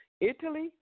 Italy